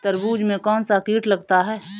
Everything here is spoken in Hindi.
तरबूज में कौनसा कीट लगता है?